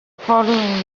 following